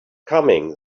coming